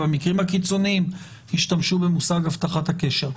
במקרים הקיצוניים תשתמשו במושג הבטחת הקשר.